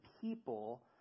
people